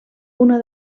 una